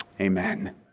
Amen